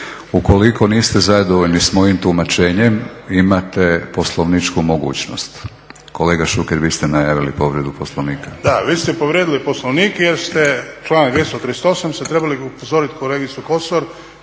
Ukoliko niste zadovoljni s mojim tumačenjem, imate poslovničku mogućnost. Kolega Šuker, vi ste najavili povredu Poslovnika. **Šuker, Ivan (HDZ)** Da, vi ste povrijedili Poslovnik jer ste članak 238. ste trebali upozoriti kolegicu Kosor